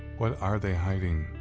what are they hiding?